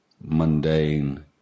mundane